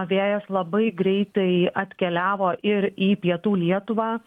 vėjas labai greitai atkeliavo ir į pietų lietuvą